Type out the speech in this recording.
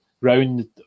round